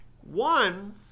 one